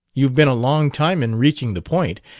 you've been a long time in reaching the point.